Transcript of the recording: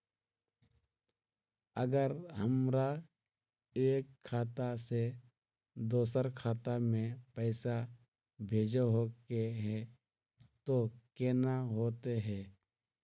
अगर हमरा एक खाता से दोसर खाता में पैसा भेजोहो के है तो केना होते है?